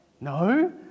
No